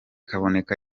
kaboneka